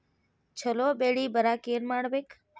ಛಲೋ ಬೆಳಿ ಬರಾಕ ಏನ್ ಮಾಡ್ಬೇಕ್?